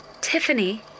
Tiffany